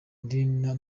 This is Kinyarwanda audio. madini